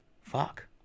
fuck